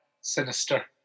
sinister